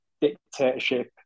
dictatorship